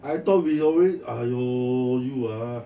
I thought we already !aiyo! you are